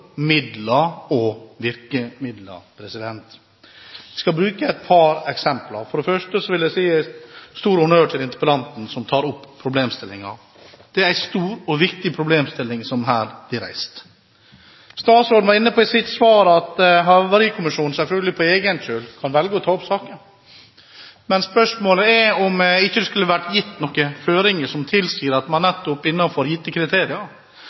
midler og virkemidler? Jeg skal bruke et par eksempler, men først vil jeg gi en stor honnør til interpellanten som tar opp problemstillingen. Det er en stor og viktig problemstilling som her blir reist. Statsråden var inne på i sitt svar at Havarikommisjonen selvfølgelig på egen kjøl kan velge å ta opp saken. Men spørsmålet er om det ikke skulle vært gitt noen føringer slik at man nettopp innenfor gitte kriterier